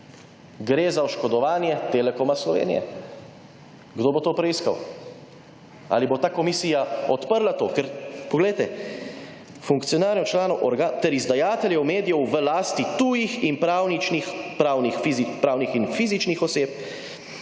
Gre za oškodovanje Telekoma Slovenije. Kdo bo to preiskal? Ali bo ta komisija odprla to? Ker, poglejte, funkcionarjev, članov ter izdajateljev medijev v lasti tujih in pravnih in fizičnih oseb